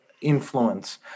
influence